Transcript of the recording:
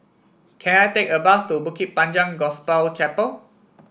can I take a bus to Bukit Panjang Gospel Chapel